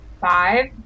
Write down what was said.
Five